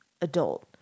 adult